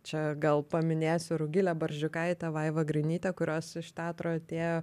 čia gal paminėsiu rugilę barzdžiukaitę vaivą grainytę kurios iš teatro atėjo